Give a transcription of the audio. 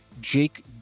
jake